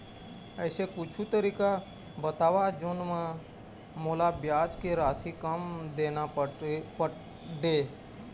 ऐसे कुछू तरीका बताव जोन म मोला ब्याज के राशि कम देना पड़े?